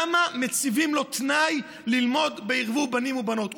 למה מציבים לו תנאי ללמוד בערבוב בנים ובנות?